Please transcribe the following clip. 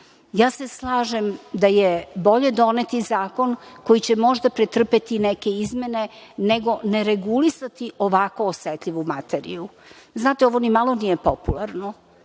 menja. Slažem se da je bolje doneti zakon koji će možda pretrpeti neke izmene nego neregulisati ovako osetljivu materiju. Znate, ovo nimalo nije popularno.